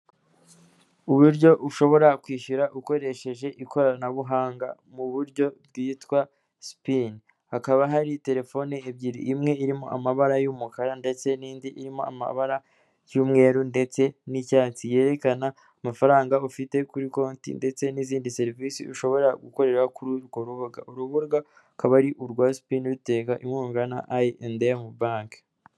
Uburyo ushobora kwishyura ukoresheje ikoranabuhanga mu buryo bwitwa sipini. Hakaba hari telefone ebyiri, imwe irimo amabara y'umukara ndetse n'indi irimo amabara y'umweru ndetse n'icyatsi. Yerekana amafaranga ufite kuri konti ndetse n'izindi serivisi ushobora gukorera kuri urwo rubuga. Urubuga rukaba ari urwa sipini ruterawe inkunga na I&M banki.